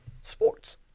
sports